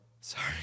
Sorry